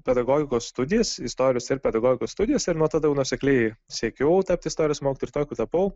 pedagogikos studijas istorijos ir pedagogikos studijas ir nuo tada jau nuosekliai siekiau tapti istorijos mokytoju ir tokiu tapau